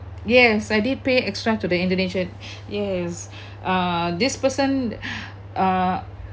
yes I did pay extra to the indonesian yes uh this person uh